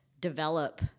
develop